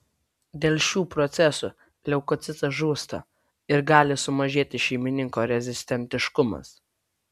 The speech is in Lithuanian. dėl šių procesų leukocitas žūsta ir gali sumažėti šeimininko rezistentiškumas